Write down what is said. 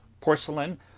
porcelain